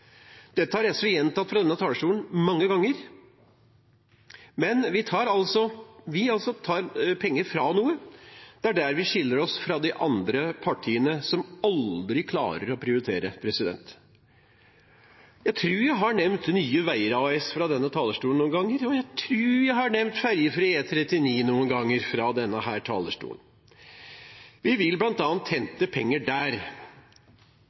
Dette har SV gjentatt fra denne talerstolen mange ganger. Men vi tar penger fra noe. Det er der vi skiller oss fra de andre partiene, som aldri klarer å prioritere. Jeg tror jeg har nevnt Nye Veier AS fra denne talerstolen noen ganger, og jeg tror jeg har nevnt ferjefri E39 noen ganger fra denne talerstolen. Vi vil bl.a. hente penger der.